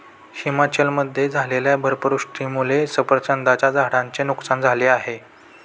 हिमाचलमध्ये झालेल्या बर्फवृष्टीमुळे सफरचंदाच्या झाडांचे नुकसान झाले आहे